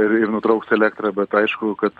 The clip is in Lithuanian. ir ir nutrauks elektrą bet aišku kad